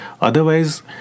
Otherwise